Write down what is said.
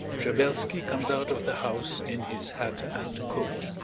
shabelski comes out of the house in his hat and coat.